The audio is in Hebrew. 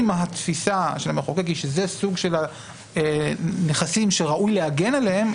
אם התפיסה של המחוקק היא שזה סוג הנכסים שראוי להגן עליהם,